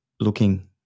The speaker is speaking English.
looking